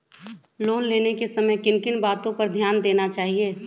Loan लेने के समय किन किन वातो पर ध्यान देना चाहिए?